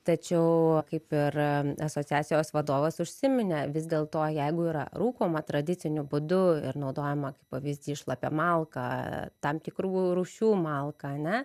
tačiau kaip ir asociacijos vadovas užsiminė vis dėlto jeigu yra rūkoma tradiciniu būdu ir naudojama pavyzdys šlapia malka tam tikrų rūšių malka ane